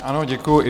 Ano, děkuji.